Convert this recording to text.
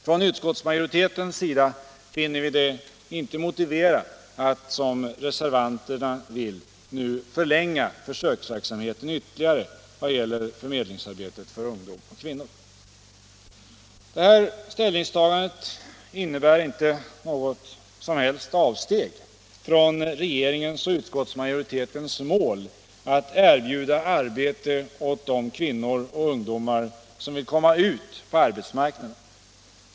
Från utskottsmajoritetens sida finner vi det inte motiverat att, som reservanterna vill, nu förlänga försöksverksamheten ytterligare vad gäller förmedlingsarbetet för ungdom och kvinnor. Det här ställningstagandet innebär inte något som helst avsteg från regeringens och utskottsmajoritetens mål att erbjuda arbete åt de kvinnor och ungdomar som vill komma ut på arbetsmarknaden.